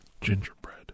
gingerbread